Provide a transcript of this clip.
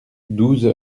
douze